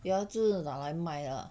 ya 就是拿来卖 lah